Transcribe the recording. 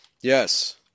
Yes